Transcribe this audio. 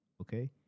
Okay